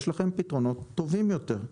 יש לכם פתרונות טובים יותר.